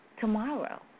tomorrow